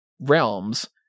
realms